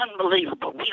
unbelievable